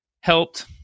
helped